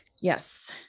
Yes